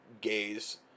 Gays